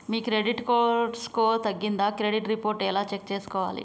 మీ credit score తగ్గిందా credit report ఎలా check చేసుకోవాలి?